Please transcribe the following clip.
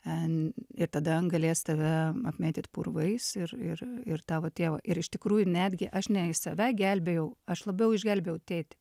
en ir tada galės tave apmėtyt purvais ir ir ir tavo tėvą ir iš tikrųjų netgi aš ne į save gelbėjau aš labiau išgelbėjau tėtį